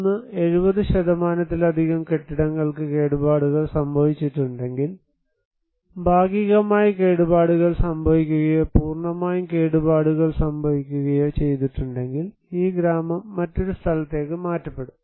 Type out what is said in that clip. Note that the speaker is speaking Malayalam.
ഒന്ന് 70 ത്തിലധികം കെട്ടിടങ്ങൾക്ക് കേടുപാടുകൾ സംഭവിച്ചിട്ടുണ്ടെങ്കിൽ ഭാഗികമായി കേടുപാടുകൾ സംഭവിക്കുകയോ പൂർണ്ണമായും കേടുപാടുകൾ സംഭവിക്കുകയോ ചെയ്തിട്ടുണ്ടെങ്കിൽ ഈ ഗ്രാമം മറ്റൊരു സ്ഥലത്തേക്ക് മാറ്റപ്പെടും